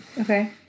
Okay